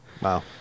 Wow